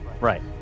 Right